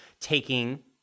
taking